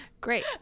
Great